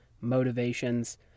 motivations